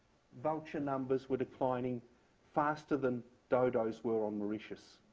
vulture numbers were declining faster than dodos were on mauritius